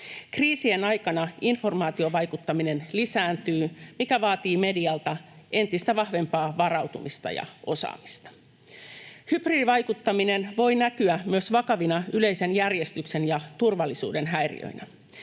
Kriisien aikana informaatiovaikuttaminen lisääntyy, mikä vaatii medialta entistä vahvempaa varautumista ja osaamista. Hybridivaikuttaminen voi näkyä myös vakavina yleisen järjestyksen ja turvallisuuden häiriöinä;